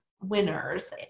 winners